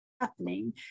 happening